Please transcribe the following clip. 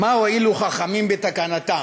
מה הועילו חכמים בתקנתם?